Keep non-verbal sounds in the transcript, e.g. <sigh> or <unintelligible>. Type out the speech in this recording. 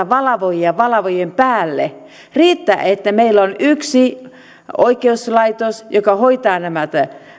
<unintelligible> valvojia valvojien päälle riittää että meillä on yksi oikeuslaitos joka hoitaa nämä